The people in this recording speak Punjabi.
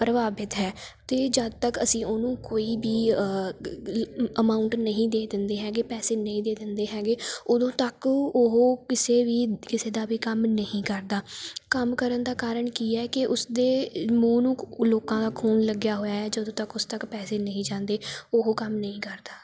ਪ੍ਰਭਾਵਿਤ ਹੈ ਅਤੇ ਜਦ ਤੱਕ ਅਸੀਂ ਉਹਨੂੰ ਕੋਈ ਵੀ ਅਮਾਊਂਟ ਨਹੀਂ ਦੇ ਦਿੰਦੇ ਹੈਗੇ ਪੈਸੇ ਨਹੀਂ ਦੇ ਦਿੰਦੇ ਹੈਗੇ ਓਦੋਂ ਤੱਕ ਉਹ ਕਿਸੇ ਵੀ ਕਿਸੇ ਦਾ ਵੀ ਕੰਮ ਨਹੀਂ ਕਰਦਾ ਕੰਮ ਕਰਨ ਦਾ ਕਾਰਨ ਕੀ ਹੈ ਕਿ ਉਸਦੇ ਮੂੰਹ ਨੂੰ ਲੋਕਾਂ ਦਾ ਖੂਨ ਲੱਗਿਆ ਹੋਇਆ ਹੈ ਜਦੋਂ ਤੱਕ ਉਸ ਤੱਕ ਪੈਸੇ ਨਹੀਂ ਜਾਂਦੇ ਉਹ ਕੰਮ ਨਹੀਂ ਕਰਦਾ